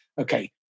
okay